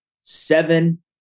seven